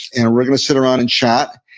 and we're going to sit around and chat.